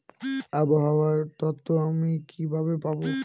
আবহাওয়ার তথ্য আমি কিভাবে পাবো?